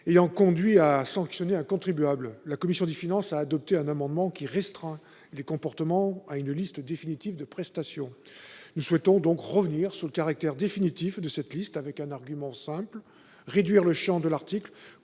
ayant conduit à sanctionner un contribuable. La commission des finances a adopté un amendement tendant à restreindre les comportements à une liste définitive de prestations. Nous souhaitons revenir sur le caractère définitif de cette liste, avec un argument simple : réduire le champ de l'article